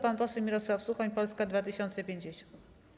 Pan poseł Mirosław Suchoń, Polska 2050.